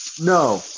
no